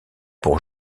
pour